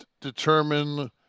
determine